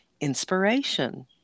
inspiration